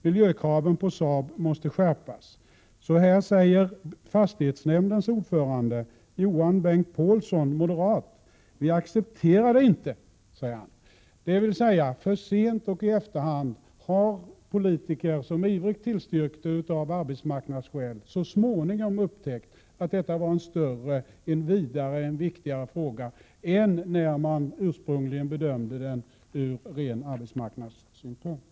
Miljökraven på Saab måste skärpas.” Fastighetsnämndens ordförande Johan Bengt-Påhlsson, moderat, säger: ”Vi accepterar det inte.” För sent och i efterhand har politiker, som ivrigt tillstyrkte av arbetsmarknadsskäl, så småningom upptäckt att detta var en större och viktigare fråga än när de ursprungligen bedömde den ur ren arbetsmarknadssynpunkt.